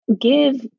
Give